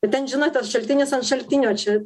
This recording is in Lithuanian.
ir ten žinot tas šaltinis ant šaltinio čia